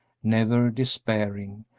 never despairing,